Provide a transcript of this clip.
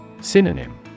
Synonym